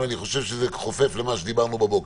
אני חושב שזה חופף למה שדיברנו בבוקר,